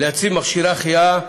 להציב מכשירי החייאה.